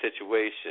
situation